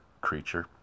creature